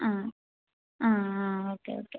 ആ ആ ആ ഓക്കേ ഓക്കേ